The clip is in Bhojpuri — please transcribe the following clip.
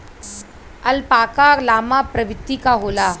अल्पाका लामा प्रवृत्ति क होला